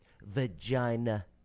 Vagina